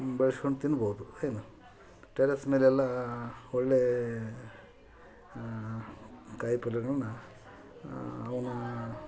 ಬೆಳೆಸ್ಕೊಂಡ್ ತಿನ್ಬೋದು ಏನು ಟೆರೆಸ್ ಮೇಲೆಲ್ಲ ಒಳ್ಳೆಯ ಕಾಯಿ ಪಲ್ಯಗಳನ್ನು ಅವನ್ನ